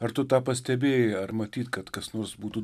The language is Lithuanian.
ar tu tą pastebėjai ar matyt kad kas nors būtų